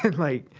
and like,